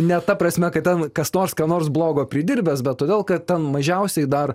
ne ta prasme kad ten kas nors ką nors blogo pridirbęs bet todėl kad ten mažiausiai dar